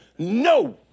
no